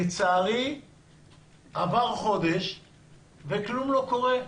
לצערי עבר חודש וכלום לא קורה.